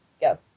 Go